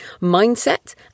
mindset